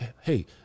hey